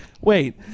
Wait